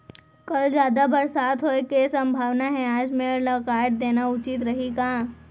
कल जादा बरसात होये के सम्भावना हे, आज मेड़ ल काट देना उचित रही का?